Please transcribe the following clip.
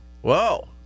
Whoa